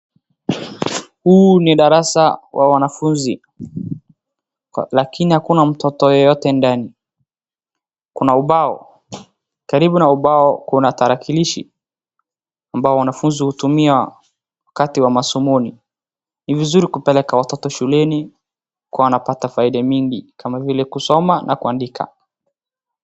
Huu ni darasa wa wanafunzi. Lakini hakuna mtoto yeyote ndani. Kuna ubao. Karibu na ubao kuna tarakilishi ambao wanafunzi hutumia wakati wa masomoni. Ni vizuri kupeleka watoto shuleni kwa wanapata faida mingi kama vile kusoma na kuandika.